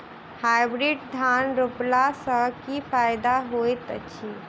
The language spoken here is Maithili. हाइब्रिड धान रोपला सँ की फायदा होइत अछि?